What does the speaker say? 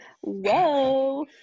Whoa